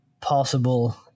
possible